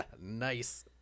Nice